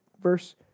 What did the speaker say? verse